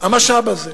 המשאב הזה.